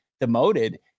demoted